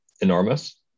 enormous